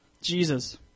Jesus